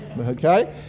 Okay